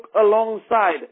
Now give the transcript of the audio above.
alongside